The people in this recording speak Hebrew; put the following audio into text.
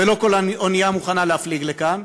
ולא כל אונייה מוכנה להפליג לכאן,